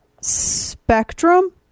Spectrum